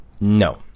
No